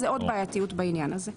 זו עוד בעייתיות בעניין הזה.